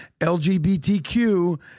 LGBTQ